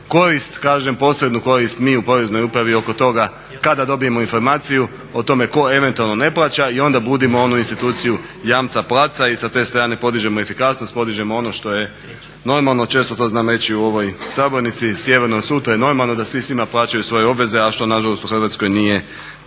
korist kažem posebnu korist mi u poreznoj upravi oko toga kada dobijemo informaciju o tome ko eventualno ne plaća i onda budimo onu instituciju jamca platca i sa te strane podižemo efikasnost, podižemo ono što je normalno. Često to znam reći u ovoj sabornici sjeverno od …/Govornik se ne razumije./… to je normalno da svi svima plaćaju svoje obveze a što nažalost u Hrvatskoj nije